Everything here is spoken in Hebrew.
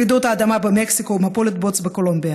רעידות האדמה במקסיקו ומפולות בוץ בקולומביה.